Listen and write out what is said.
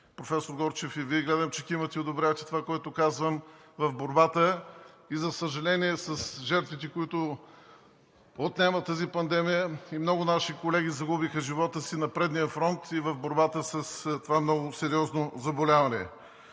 Професор Горчев, гледам, че и Вие кимате и одобрявате това, което казвам. За съжаление, с жертвите, които отнема тази пандемия, много наши колеги загубиха живота си на предния фронт и в борбата с това много сериозно заболяване.